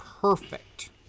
perfect